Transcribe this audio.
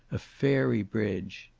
a fairy bridge.